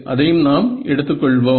அதையும் நாம் எடுத்துக் கொள்வோம்